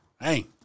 Hey